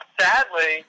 sadly